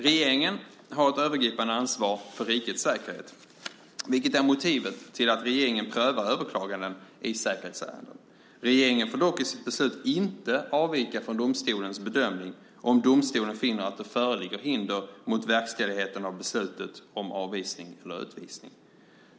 Regeringen har ett övergripande ansvar för rikets säkerhet, vilket är motivet till att regeringen prövar överklaganden i säkerhetsärenden. Regeringen får dock i sitt beslut inte avvika från domstolens bedömning, om domstolen finner att det föreligger hinder mot verkställighet av beslutet om avvisning eller utvisning.